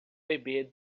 bebê